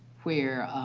where